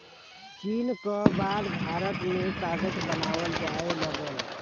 चीन क बाद भारत में कागज बनावल जाये लगल